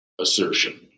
assertion